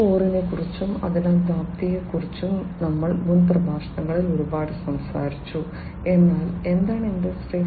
0 നെ കുറിച്ചും അതിന്റെ വ്യാപ്തിയെ കുറിച്ചും ഞങ്ങൾ മുൻ പ്രഭാഷണങ്ങളിൽ ഒരുപാട് സംസാരിച്ചു എന്നാൽ എന്താണ് ഇൻഡസ്ട്രി 4